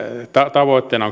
tavoitteena